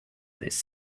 this